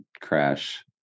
Crash